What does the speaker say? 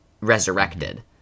resurrected